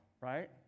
right